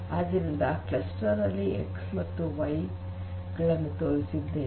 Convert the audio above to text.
ಆದ್ದರಿಂದ ಕ್ಲಸ್ಟರಿಂಗ್ ನಲ್ಲಿ x ಮತ್ತು y ಗಳನ್ನು ತೋರಿಸಿದ್ದೇನೆ